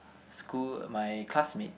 school my classmate